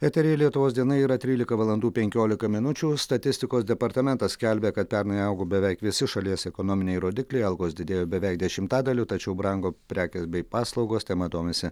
eteryje lietuvos diena yra trylika valandų penkiolika minučių statistikos departamentas skelbia kad pernai augo beveik visi šalies ekonominiai rodikliai algos didėjo beveik dešimtadaliu tačiau brango prekės bei paslaugos tema domisi